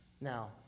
Now